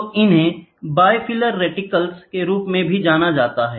तो उन्हें bifilar reticles के रूप में भी जाना जाता है